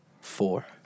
four